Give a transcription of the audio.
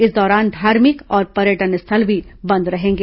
इस दौरान धार्मिक और पर्यटन स्थल भी बंद रहेंगे